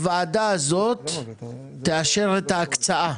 הוועדה הזאת תאשר את ההקצאה.